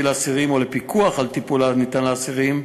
לאסירים או לפיקוח על טיפול הניתן לאסירים,